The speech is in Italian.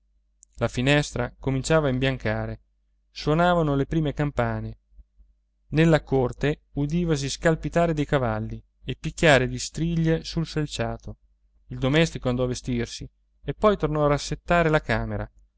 la finestra cominciava a imbiancare suonavano le prime campane nella corte udivasi scalpitare dei cavalli e picchiare di striglie sul selciato il domestico andò a vestirsi e poi tornò a rassettare la camera